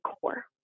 core